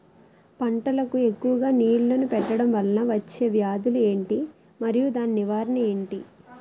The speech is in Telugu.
పంటలకు ఎక్కువుగా నీళ్లను పెట్టడం వలన వచ్చే వ్యాధులు ఏంటి? మరియు దాని నివారణ ఏంటి?